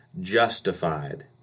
justified